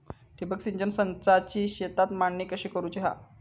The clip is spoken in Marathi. ठिबक सिंचन संचाची शेतात मांडणी कशी करुची हा?